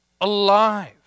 alive